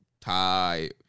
tie